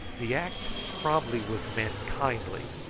the act probably was meant kindly,